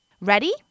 Ready